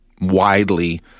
widely